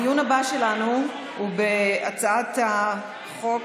הדיון הבא שלנו הוא בהצעת החוק